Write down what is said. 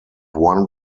one